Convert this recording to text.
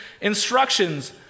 instructions